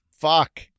Fuck